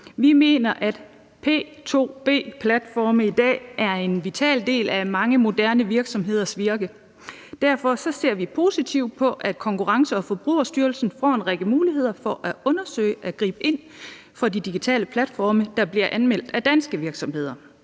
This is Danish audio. Vi mener, at P2B-platforme i dag er en vital del af mange moderne virksomheders virke. Derfor ser vi positivt på, at Konkurrence- og Forbrugerstyrelsen får en række muligheder for at undersøge og gribe ind over for de digitale platforme, der bliver anmeldt af danske virksomheder.